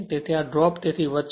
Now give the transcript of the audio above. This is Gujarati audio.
તેથી આ ડ્રોપ તેથી વધશે